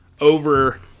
over